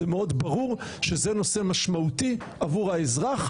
ומאוד ברור שזה נושא משמעותי עבור האזרח.